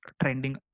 trending